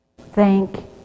Thank